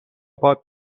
پات